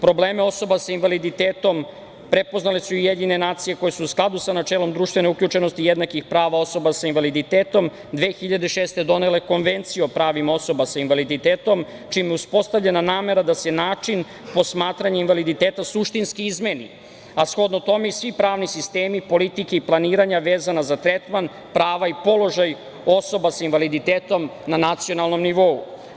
Probleme osoba sa invaliditetom prepoznale su i UN koje su, u skladu sa načelom društvene uključenosti i jednakih prava osoba sa invaliditetom, 2006. godine donele Konvenciju o pravima osoba sa invaliditetom, čime je uspostavljena namera da se način posmatranja invaliditeta suštinski izmeni, a shodno tome i svi pravni sistemi politike i planiranja vezana za tretman, prava i položaj osoba sa invaliditetom na nacionalnom nivou.